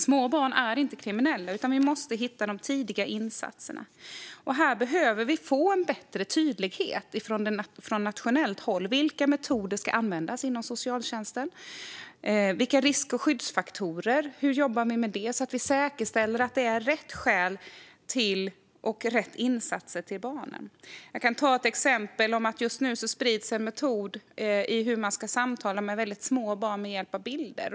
Små barn är inte kriminella. Vi måste hitta de tidiga insatserna. Här behövs det bättre tydlighet från nationellt håll. Vilka metoder ska användas inom socialtjänsten? Vilka risk och skyddsfaktorer jobbar vi med, så att vi säkerställer att det är rätt skäl bakom och rätt insatser för barnen? Jag kan ta ett exempel. Just nu sprids en metod för hur man ska samtala med väldigt små barn med hjälp av bilder.